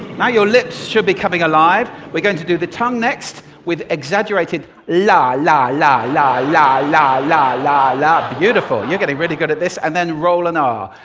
now your lips should be coming alive. we're going to do the tongue next with exaggerated la, la, la, la, la, la, la, la, la. beautiful. you're getting really good at this. and then, roll an r.